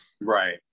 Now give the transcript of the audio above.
Right